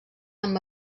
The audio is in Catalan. amb